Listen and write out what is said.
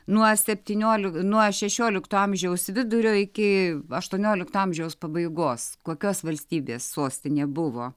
nuo septyniolik nuo šešiolikto amžiaus vidurio iki aštuoniolikto amžiaus pabaigos kokios valstybės sostinė buvo